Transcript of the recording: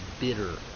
bitter